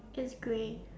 it's grey